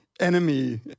Enemy